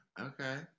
okay